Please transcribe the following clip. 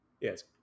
Yes